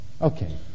okay